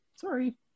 Sorry